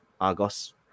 Argos